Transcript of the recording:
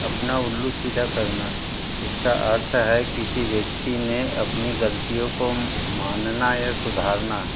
अपना उल्लू सीधा करना इसका अर्थ है किसी व्यक्ति ने अपनी गलतियों को मानना या सुधारना